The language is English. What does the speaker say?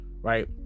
right